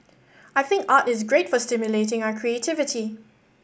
I think art is great for stimulating our creativity